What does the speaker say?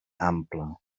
ample